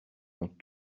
ont